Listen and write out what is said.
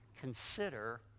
consider